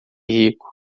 rico